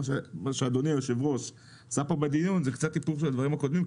מה שאדוני היושב ראש עשה פה בדיון זה קצת היפוך של הדברים הקודמים,